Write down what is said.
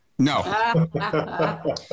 No